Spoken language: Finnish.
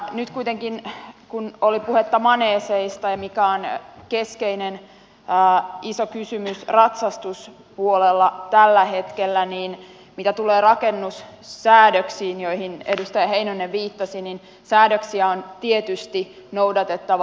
nyt kuitenkin kun oli puhetta maneeseista ja siitä mikä on keskeinen iso kysymys ratsastuspuolella tällä hetkellä mitä tulee rakennussäädöksiin joihin edustaja heinonen viittasi niin säädöksiä on tietysti noudatettava